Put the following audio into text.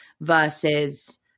versus